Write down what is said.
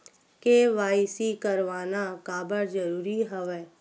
KYC करवाना काबर जरूरी हवय?